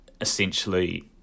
essentially